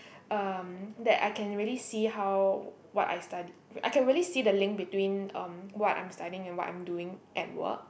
um that I can really see how what I study I can really see the link between um what I'm studying and what I'm doing at work